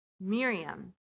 Miriam